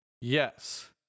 Yes